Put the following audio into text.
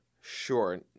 sure